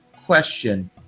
question